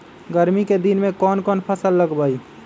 गर्मी के दिन में कौन कौन फसल लगबई?